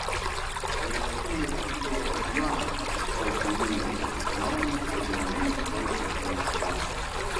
laiškuose jie sakydavosi žiną apie savo kaimynų visokius sumanymus ir norį valdžią painformuoti